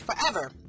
forever